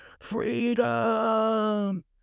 freedom